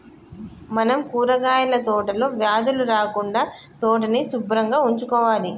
మనం కూరగాయల తోటలో వ్యాధులు రాకుండా తోటని సుభ్రంగా ఉంచుకోవాలి